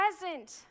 present